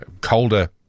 colder